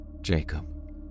Jacob